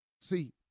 See